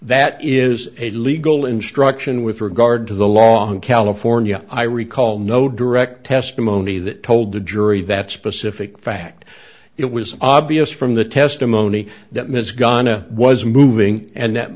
that is a legal instruction with regard to the long california i recall no direct testimony that told the jury that specific fact it was obvious from the testimony that ms gonna was moving and th